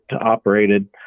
operated